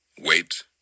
wait